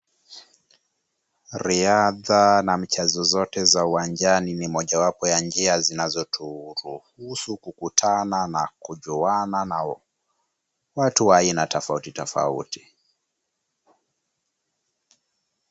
Riadha na michezo zote za uwanjani ni mojawapo ya njia zinazoturuhusu kukutana na kujuana na watu wa aina tofauti tofauti.